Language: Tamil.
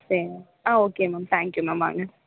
சரி ஆ ஓகே மேம் தேங்க்யூ மேம் வாங்க